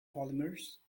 polymers